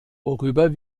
worüber